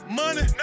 money